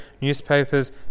newspapers